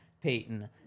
payton